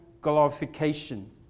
glorification